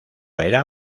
era